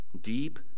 deep